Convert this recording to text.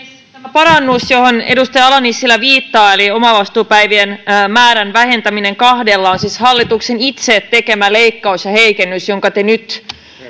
parannus johon edustaja ala nissilä viittaa eli omavastuupäivien määrän vähentäminen kahdella on siis hallituksen itse tekemä leikkaus ja heikennys jonka te nyt